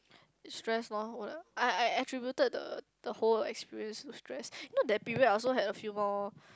distress lor what uh I I attributed the the whole experience with stress you know that period I also had a few more